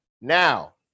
Now